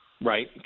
Right